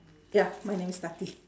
ya my name is tati